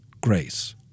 grace